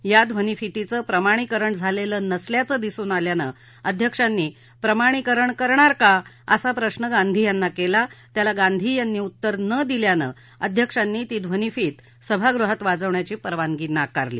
या ध्वनीफीतीचं प्रमाणीकरण झालेलं नसल्याचं दिसून आल्यानं अध्यक्षांनी प्रमाणीकरण करणार का असा प्रश्न गांधी यांना केला त्याला गांधी यांनी उत्तर न दिल्यानं अध्यक्षांनी ती ध्वनीफीत सभागृहात वाजवण्याची परवानगी नाकारली